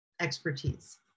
expertise